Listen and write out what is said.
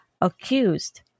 Accused